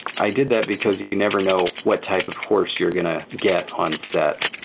i did that because you can never know what type of horse you're going to get on set.